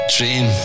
Dream